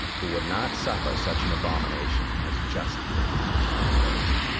who would not suffer such an abomination, has justly punished them both.